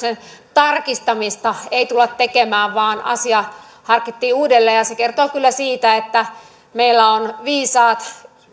tarkistamista ei tulla tekemään vaan asia harkittiin uudelleen ja se kertoo kyllä siitä että meillä on viisaat